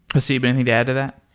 haseeb, anything to add to that?